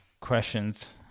questions